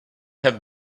have